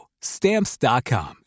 Stamps.com